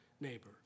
neighbor